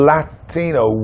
Latino